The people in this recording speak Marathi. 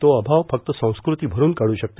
तो अभाव फक्त संस्कृती भरून काढू शकते